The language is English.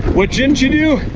what shouldn't you do?